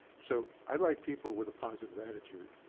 so, i like people with a positive attitude.